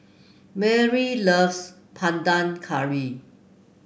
Marylee loves Panang Curry